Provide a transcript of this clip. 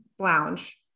Lounge